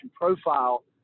profile